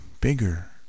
bigger